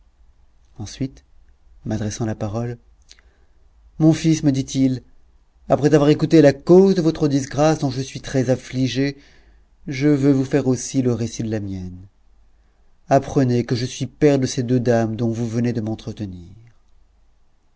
ensuite m'adressant la parole mon fils me dit-il après avoir écouté la cause de votre disgrâce dont je suis très affligé je veux vous faire aussi le récit de la mienne apprenez que je suis père de ces deux dames dont vous venez de m'entretenir